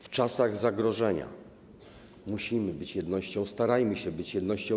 W czasach zagrożenia musimy być jednością, starajmy się być jednością.